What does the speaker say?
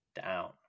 down